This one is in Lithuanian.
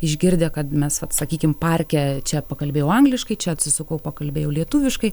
išgirdę kad mes vat sakykim parke čia pakalbėjau angliškai čia atsisukau pakalbėjau lietuviškai